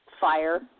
fire